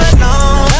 alone